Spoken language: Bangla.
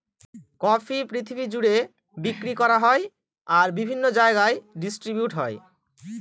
কফি পৃথিবী জুড়ে বিক্রি করা হয় আর বিভিন্ন জায়গায় ডিস্ট্রিবিউট হয়